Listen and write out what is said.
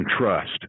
trust